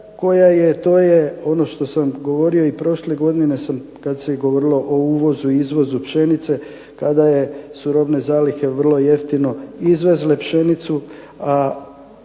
to je ono što sam govorio i prošle godine kad se govorilo o uvozu i izvozu pšenice kada su robne zalihe vrlo jeftine izvezle pšenicu